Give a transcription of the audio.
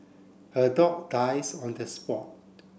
her dog dies on the spot